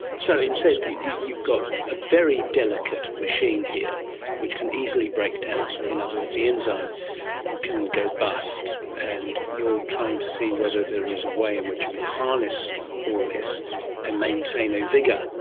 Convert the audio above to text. so instead you've got a very delicate machine here which can easily break down. in other words, the enzyme can go bust, and you're trying to see whether there is a way in which you can harness all this and maintain a vigour.